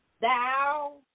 thou